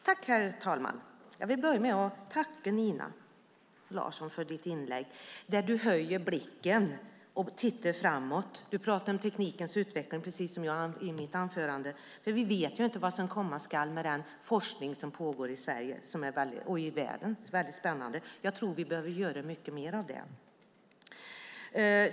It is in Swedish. Herr talman! Jag vill börja med att tacka Nina Larsson för inlägget där hon höjer blicken, tittar framåt och talar om teknikens utveckling, precis som jag gjorde i mitt anförande. Vi vet inte vad som komma skall med den forskning som pågår i Sverige och i världen. Det är väldigt spännande, och jag tror att vi behöver göra mycket mer av det.